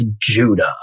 Judah